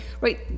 right